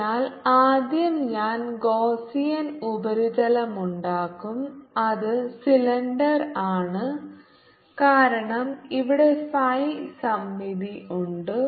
അതിനാൽ ആദ്യം ഞാൻ ഗോസ്സ്സിയൻ ഉപരിതലമുണ്ടാക്കും അത് സിലിണ്ടർ ആണ് കാരണം ഇവിടെ ഫൈ സമമിതി ഉണ്ട്